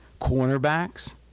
cornerbacks